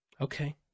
Okay